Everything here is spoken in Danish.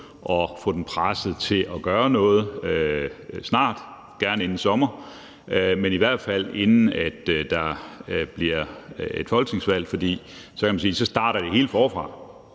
og få den presset til at gøre noget snart og gerne inden sommer, men i hvert fald inden der kommer et folketingsvalg, for så, kan man sige, starter det hele forfra,